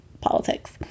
politics